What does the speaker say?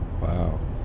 Wow